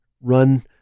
run